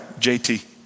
JT